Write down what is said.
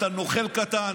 אתה נוכל קטן.